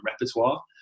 repertoire